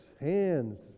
hands